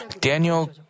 Daniel